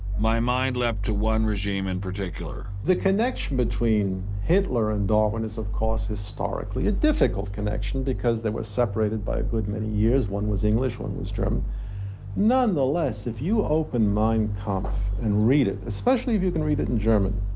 my mind leapt to one regime in particular. the connection between hitler and darwin is of course historically a difficult connection because they were separated by a good many years. one was english, one was um nonetheless, if you open mein kampf and read it especially if you can read it in german